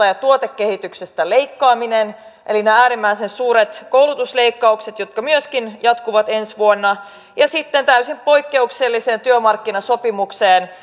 ja tuotekehityksestä leikkaaminen eli nämä äärimmäisen suuret koulutusleikkaukset jotka myöskin jatkuvat ensi vuonna ja sitten täysin poikkeuksellinen työmarkkinasopimus